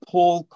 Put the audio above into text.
Paul